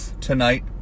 tonight